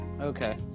Okay